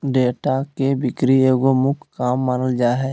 data के बिक्री एगो मुख्य काम मानल जा हइ